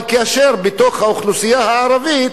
אבל בתוך האוכלוסייה הערבית,